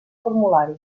formulari